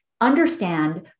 understand